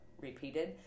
repeated